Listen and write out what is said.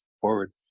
forward